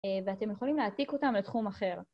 ואתם יכולים להעתיק אותם לתחום אחר.